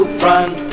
front